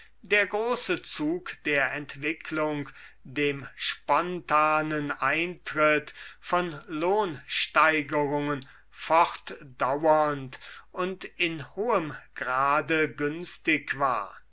der große zug der entwicklung dem spontanen eintritt von lohnsteigerungen fortdauernd und in hohem grade günstig war